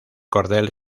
cordel